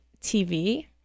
TV